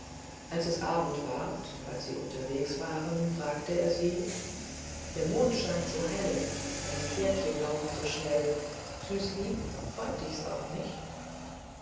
da es abend ward als sie unterwegs waren fragte er sie der mond scheint so hell meine pferdchen laufen so schnell süß lieb reut dichs auch nicht